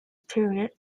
period